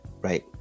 right